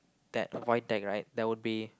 that void deck right there would be